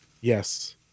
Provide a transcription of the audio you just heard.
yes